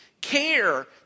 care